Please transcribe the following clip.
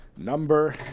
Number